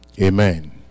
Amen